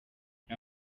nta